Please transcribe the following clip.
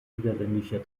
niederländischer